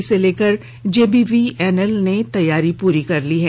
इसको लेकर जेबीवीएनएल ने तैयारी पूरी कर ली है